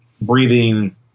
breathing